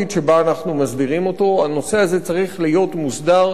הנושא הזה צריך להיות מוסדר בצורה כוללת,